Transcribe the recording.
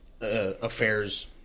affairs